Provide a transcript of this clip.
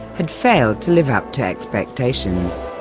had failed to live up to expectations.